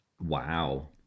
Wow